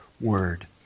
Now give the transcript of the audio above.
word